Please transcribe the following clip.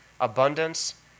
abundance